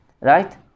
right